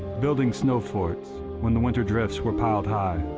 building snow forts when the winter drifts were piled high.